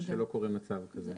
או שלא קורה מצב כזה?